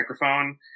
microphone